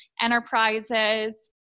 enterprises